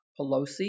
Pelosi